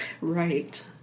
Right